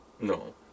No